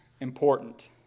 important